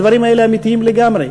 הדברים האלה הם אמיתיים לגמרי,